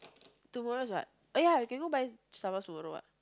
tomorrow is what oh ya we can go buy Starbucks tomorrow what